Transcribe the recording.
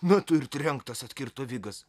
na tu ir trenktas atkirto vigas